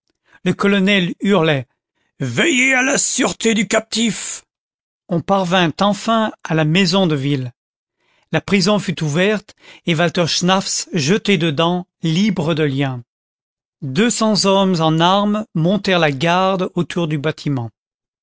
le colonel hurlait veillez à la sûreté du captif on parvint enfin à la maison de ville la prison fut ouverte et walter schnaffs jeté dedans libre de liens deux cents hommes en armes montèrent la garde autour du bâtiment